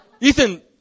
Ethan